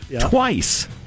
twice